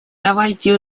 давайте